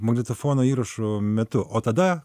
magnetofono įrašo metu o tada